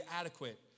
adequate